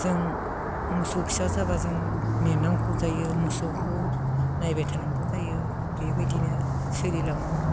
जों मोसौ फिसा जाबा जों नेनांगौ जायो मोसौखौ नायबाय थानांगौ जायो बेबायदिनो सोलिलाङो